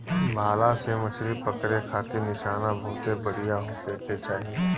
भाला से मछरी पकड़े खारित निशाना बहुते बढ़िया होखे के चाही